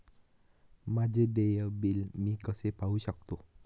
माझे देय बिल मी कसे पाहू शकतो?